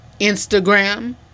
Instagram